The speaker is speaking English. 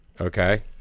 okay